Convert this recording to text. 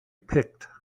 picked